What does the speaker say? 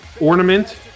ornament